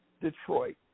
Detroit